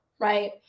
right